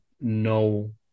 no